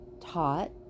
taught